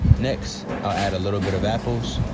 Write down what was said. next, i'll add a little bit of apples,